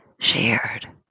shared